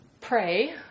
pray